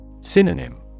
Synonym